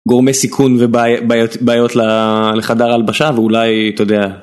גורמי סיכון ובעיות לחדר ההלבשה ואולי אתה יודע...